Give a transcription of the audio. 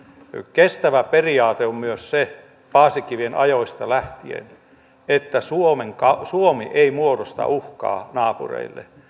kestävä periaate on paasikiven ajoista lähtien että suomi ei muodosta uhkaa naapureille